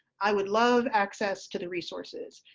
i would love access to the resources.